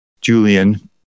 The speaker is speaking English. Julian